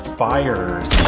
fires